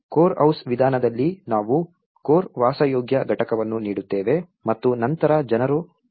core house ವಿಧಾನದಲ್ಲಿ ನಾವು core ವಾಸಯೋಗ್ಯ ಘಟಕವನ್ನು ನೀಡುತ್ತೇವೆ ಮತ್ತು ನಂತರ ಜನರು ಅದನ್ನು ಸೇರಿಸುತ್ತಾರೆ